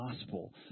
gospel